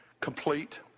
complete